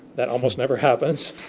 that almost never happens.